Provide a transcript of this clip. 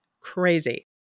crazy